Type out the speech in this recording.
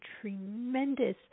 tremendous